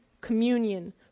communion